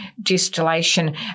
distillation